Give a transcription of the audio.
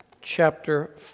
chapter